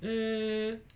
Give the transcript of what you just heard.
mm